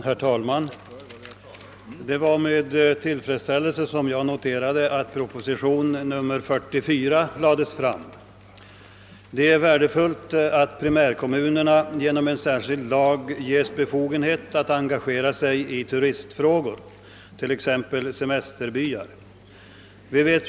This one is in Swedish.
Herr talman! När proposition nr 44 framlades, hälsade jag den med tillfredsställelse, eftersom det är värdefullt att åt primärkommunerna genom en särskild lag ges befogenhet att engagera sig i turistfrågor, t.ex. i anläggandet av semesterbyar.